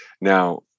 Now